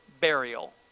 burial